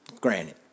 Granted